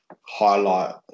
highlight